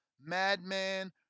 Madman